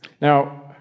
Now